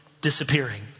disappearing